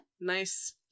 nice